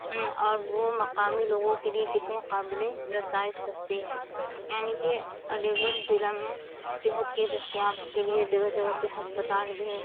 اور وہ مقامی لوگوں کے لیے کتنے قابل رسائی سستی ہے یعنی کہ علی گڑھ ضلع میں صحت کی دستیابی کے لیے جگہ جگہ پہ ہسپتال بھی ہے